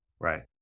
Right